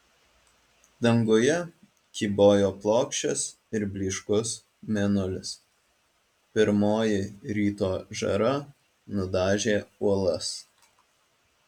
danguje kybojo plokščias ir blyškus mėnulis pirmoji ryto žara nudažė uolas